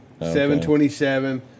727